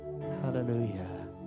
hallelujah